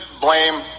blame